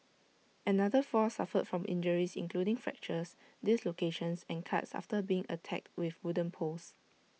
another four suffered from injuries including fractures dislocations and cuts after being attacked with wooden poles